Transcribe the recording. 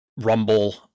Rumble